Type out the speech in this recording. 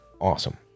Awesome